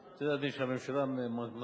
ודאי, אתה יודע, אדוני, כשהממשלה מסכימה